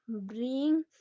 bring